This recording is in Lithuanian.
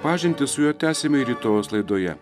pažintį su juo tęsime rytojaus laidoje